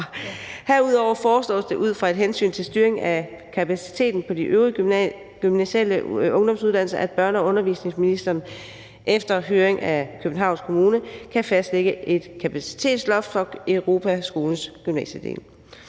Herudover foreslås det ud fra et hensyn til styring af kapaciteten på de øvrige gymnasiale ungdomsuddannelser, at børne- og undervisningsministeren efter høring af Københavns Kommune kan fastlægge et kapacitetsloft for Europaskolens gymnasiedel.